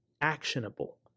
actionable